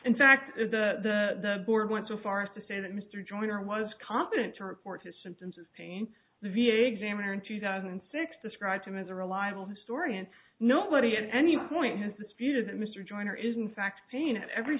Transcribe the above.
in fact the board went so far as to say that mr joyner was competent to report his symptoms of pain the v a examiner in two thousand and six described him as a reliable historian nobody at any point has disputed that mr joyner is in fact pain at every